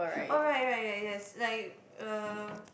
oh right right right yes like uh